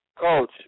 Coach